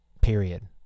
Period